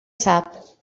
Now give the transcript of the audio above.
sap